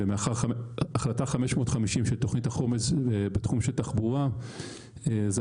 החלטה 550 של תכנית החומש בתחום של תחבורה זו